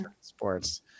sports